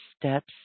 steps